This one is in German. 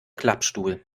klappstuhl